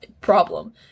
problem